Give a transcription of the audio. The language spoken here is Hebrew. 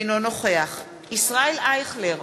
אינו נוכח ישראל אייכלר,